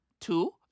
Two